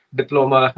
diploma